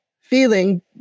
feeling